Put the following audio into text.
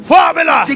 Formula